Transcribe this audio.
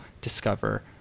discover